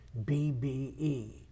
BBE